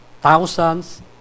thousands